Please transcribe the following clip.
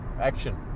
action